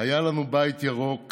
היה לנו בית ירוק